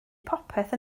popeth